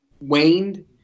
waned